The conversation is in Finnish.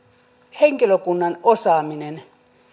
henkilökunnan osaaminen